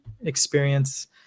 experience